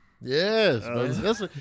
Yes